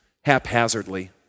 haphazardly